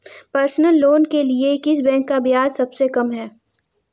Personal loan के लिए किस बैंक का ब्याज सबसे कम है?